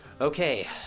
Okay